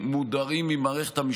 אבל למה להגיד את זה?